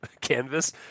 canvas